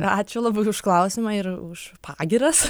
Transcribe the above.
ačiū labai už klausimą ir už pagyras